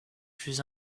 plus